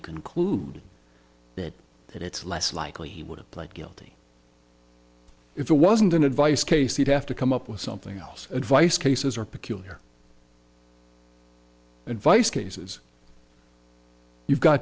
conclude that that it's less likely he would have pled guilty if it wasn't an advice case you'd have to come up with something else advice cases or peculiar advice cases you've got